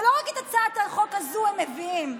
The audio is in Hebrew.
ולא רק את הצעת החוק הזו הם מביאים.